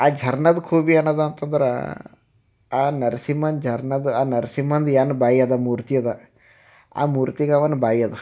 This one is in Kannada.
ಆ ಝಾರ್ನಾದು ಖೂಬಿ ಏನಿದೆ ಅಂತಂದ್ರೆ ಆ ನರಸಿಂಹ ಝಾರ್ನಾದು ಆ ನರಸಿಂಹನದು ಏನು ಬಾಯಿ ಇದೆ ಮೂರ್ತಿ ಇದೆ ಆ ಮೂರ್ತಿಗೆ ಅವನ ಬಾಯಿ ಇದೆ